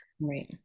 Right